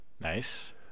Nice